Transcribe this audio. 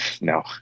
No